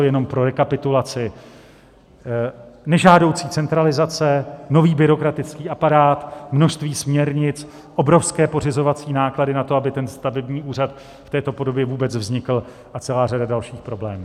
Jenom pro rekapitulaci: nežádoucí centralizace, nový byrokratický aparát, množství směrnic, obrovské pořizovací náklady na to, aby stavební úřad v této podobě vůbec vznikl, a celá řada dalších problémů.